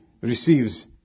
receives